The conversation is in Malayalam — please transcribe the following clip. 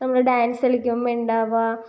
നമ്മള് ഡാൻസ് കളിക്കുമ്പോൾ ഉണ്ടാവുക